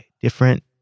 different